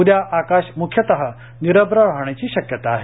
उद्या आकाश म्ख्यत निरश्न राहण्याची शक्यता आहे